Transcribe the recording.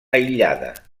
aïllada